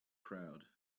crowd